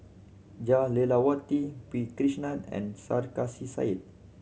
Jah Lelawati P Krishnan and Sarkasi Said